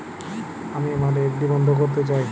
আমি আমার এফ.ডি বন্ধ করতে চাই